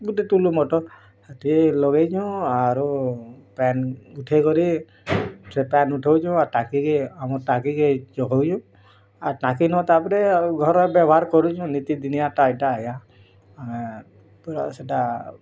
ଗୋଟେ ଟୁଲୁ ମଟର ସେଠି ଲଗେଇଛୁ ଆରୁ ପାନ୍ ଉଠେଇକରି ସେ ପାନ୍ ଉଠଉଛି ସେ ଟାଙ୍କିକି ଆମର୍ ଟାଙ୍କି କି ଚଙ୍କଉଛୁ ଆର୍ ଟାଙ୍କିନୁ ତାପରେ ଘରେ ବ୍ୟବହାର କରୁଛୁ ନିତିଦିନିଆଟା ଇଟା ଆଜ୍ଞା ଆମେ ପୁରା ସେଇଟା